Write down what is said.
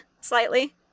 Slightly